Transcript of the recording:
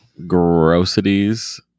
Grossities